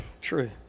True